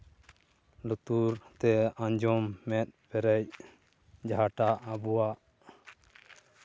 ᱧᱩᱛᱩᱢ ᱛᱮ ᱟᱸᱡᱚᱢ ᱢᱮᱫ ᱯᱮᱨᱮᱡ ᱡᱟᱦᱟᱸᱴᱟᱜ ᱟᱵᱚᱣᱟᱜ